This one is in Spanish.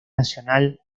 nacional